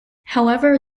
however